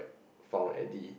found at the